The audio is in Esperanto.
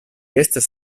estas